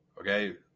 okay